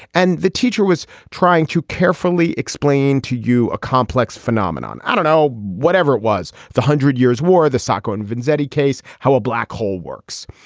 and the teacher was trying to carefully explain to you a complex phenomenon. i don't know, whatever it was, the hundred years war, the sacco and vanzetti case, how a black hole works.